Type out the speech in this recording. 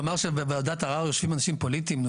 לומר שבוועדת ערר יושבים אנשים פוליטיים.